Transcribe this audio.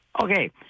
okay